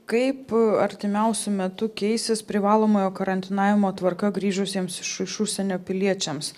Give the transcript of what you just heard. kaip artimiausiu metu keisis privalomojo karantinavimo tvarka grįžusiems iš užsienio piliečiams